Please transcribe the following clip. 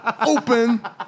Open